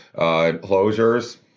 enclosures